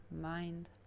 mind